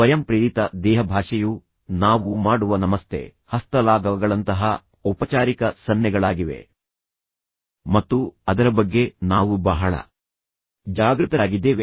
ಸ್ವಯಂಪ್ರೇರಿತ ದೇಹಭಾಷೆಯು ನಾವು ಮಾಡುವ ನಮಸ್ತೆ ಹಸ್ತಲಾಘವಗಳಂತಹ ಔಪಚಾರಿಕ ಸನ್ನೆಗಳಾಗಿವೆ ಮತ್ತು ಅದರ ಬಗ್ಗೆ ನಾವು ಬಹಳ ಜಾಗೃತರಾಗಿದ್ದೇವೆ